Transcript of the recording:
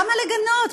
למה לגנות?